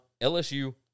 LSU